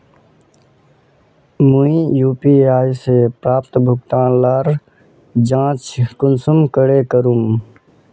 मुई यु.पी.आई से प्राप्त भुगतान लार जाँच कुंसम करे करूम?